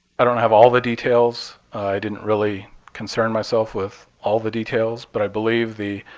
i don't have all the details. i didn't really concern myself with all the details, but i believe the